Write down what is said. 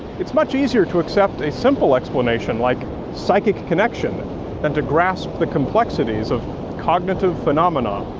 it's much easier to accept a simple explanation like psychic connection than to grasp the complexities of cognitive phenomena,